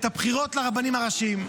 את הבחירות לרבנים הראשיים.